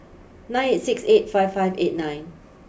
nine eight six eight five five eight nine